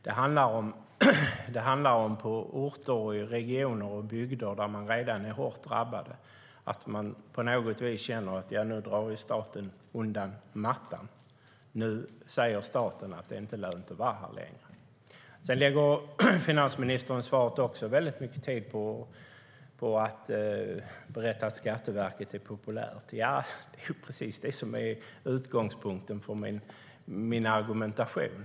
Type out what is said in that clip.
Det handlar nämligen om att man på orter, i regioner och i bygder där man redan är hårt drabbad på något vis känner att staten nu drar undan mattan. Staten säger att det inte är lönt att vara där längre. Finansministern lägger också väldigt mycket tid i svaret på att berätta att Skatteverket är populärt. Ja, det är precis det som är utgångspunkten för min argumentation.